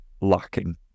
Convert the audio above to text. lacking